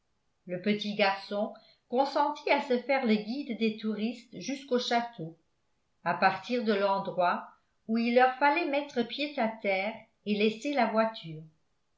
le petit garçon consentit à se faire le guide des touristes jusqu'au château à partir de l'endroit où il leur fallait mettre pied à terre et laisser la voiture